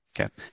Okay